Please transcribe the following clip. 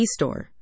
eStore